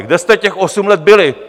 Kde jste těch osm let byli?